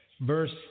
Verse